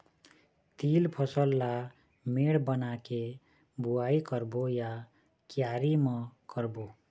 तील फसल ला मेड़ बना के बुआई करबो या क्यारी म करबो?